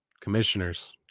commissioners